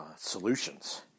solutions